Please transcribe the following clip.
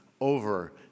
over